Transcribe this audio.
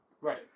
Right